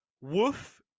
Woof